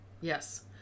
Yes